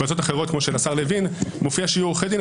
בהצעות אחרות כמו של השר לוין מופיע שיהיו עורכי דין,